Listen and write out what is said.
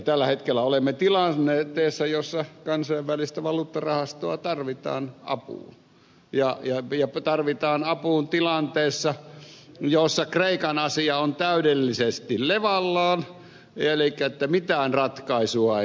tällä hetkellä olemme tilanteessa jossa kansainvälistä valuuttarahastoa tarvitaan apuun ja tarvitaan apuun tilanteessa jossa kreikan asia on täydellisesti levällään elikkä mitään ratkaisua ei ole